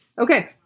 Okay